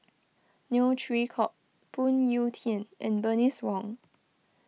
Neo Chwee Kok Phoon Yew Tien and Bernice Wong